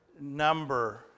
number